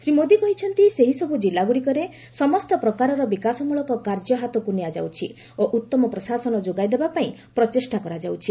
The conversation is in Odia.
ଶ୍ରୀ ମୋଦି କହିଛନ୍ତି ସେହିସବୁ ଜିଲ୍ଲାଗୁଡ଼ିକରେ ସମସ୍ତ ପ୍ରକାରର ବିକାଶମ୍ବଳକ କାର୍ଯ୍ୟ ହାତକୁ ନିଆଯାଉଛି ଓ ଉତ୍ତମ ପ୍ରଶାସନ ଯୋଗାଇଦେବା ପାଇଁ ପ୍ରଚେଷ୍ଟା କରାଯାଉଛି